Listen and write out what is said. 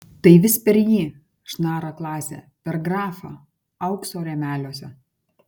tai vis per jį šnara klasė per grafą aukso rėmeliuose